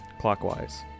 Clockwise